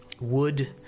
Wood